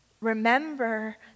remember